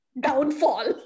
downfall